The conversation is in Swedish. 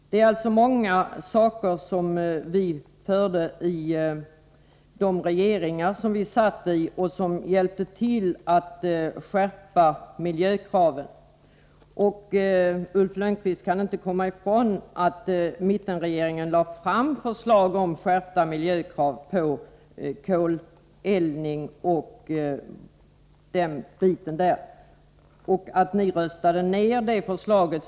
De regeringar centern deltog i genomförde alltså många åtgärder som hjälpte till att skärpa miljökraven. Ulf Lönnqvist kan inte komma ifrån att mittenregeringen lade fram förslag om skärpta miljökrav i fråga om koleldning och att ni var med och röstade ner det förslaget.